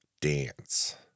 dance